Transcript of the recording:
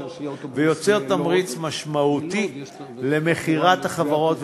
ויוצר תמריץ משמעותי למכירת החברות,